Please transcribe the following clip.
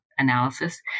analysis